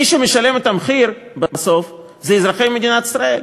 מי שמשלם את המחיר בסוף זה אזרחי מדינת ישראל.